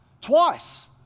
twice